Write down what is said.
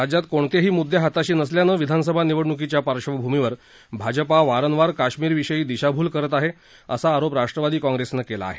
राज्यात कोणतेही मुद्दे हाताशी नसल्यानं विधानसभा निवडणकीच्या पार्श्वभूमीवर आजपा वारंवार काश्मिरविषयी दिशाभूल करत आहे असा आरोप राष्ट्रवादी काँग्रेसनं केला आहे